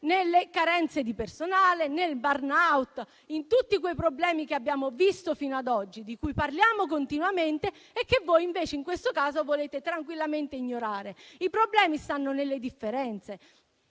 nelle carenze di personale, nel *burn out*, in tutti quei problemi che abbiamo visto fino ad oggi, di cui parliamo continuamente e che voi invece, in questo caso, volete tranquillamente ignorare. I problemi stanno nelle differenze,